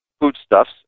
foodstuffs